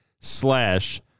slash